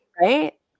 Right